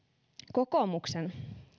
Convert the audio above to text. kokoomuksen